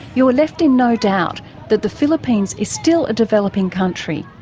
you are left in no doubt that the philippines is still a developing country.